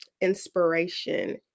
inspiration